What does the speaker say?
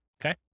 Okay